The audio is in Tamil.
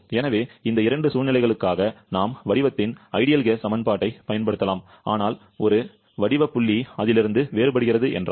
எனவே இந்த இரண்டு சூழ்நிலைகளுக்காக நாம் வடிவத்தின் சிறந்த வாயு சமன்பாட்டைப் பயன்படுத்தலாம் ஆனால் ஒரு வடிவ புள்ளி அதிலிருந்து வேறுபடுகிறது என்றால்